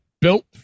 built